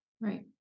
Right